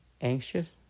anxious